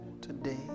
today